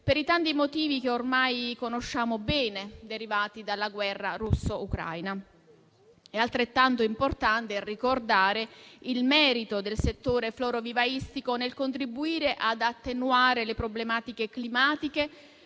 per i tanti motivi che ormai conosciamo bene, derivanti dalla guerra russo-ucraina. È altrettanto importante ricordare il merito del settore florovivaistico nel contribuire ad attenuare le problematiche climatiche